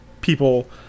people